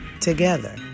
together